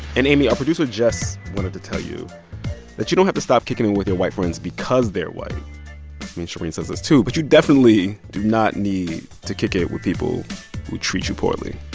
and amy, our producer jess wanted to tell you that you don't have to stop kicking it with your white friends because they're white me and shereen says this, too but you definitely do not need to kick it with people who treat you poorly.